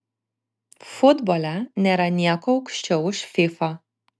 futbole nėra nieko aukščiau už fifa